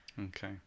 Okay